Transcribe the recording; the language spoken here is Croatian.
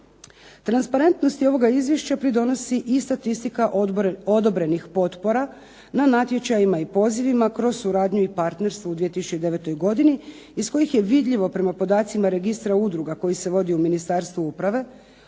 Transparentnosti ovoga izvješća pridonosi i statistika odobrenih potpora na natječajima i pozivima kroz suradnju i partnerstvo u 2009. godini iz kojih je vidljivo prema podacima Registra udruga koji se vodi u Ministarstvu uprave,